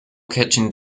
catching